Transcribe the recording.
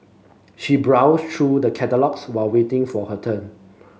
she browsed through the catalogues while waiting for her turn